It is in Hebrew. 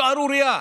שערורייה,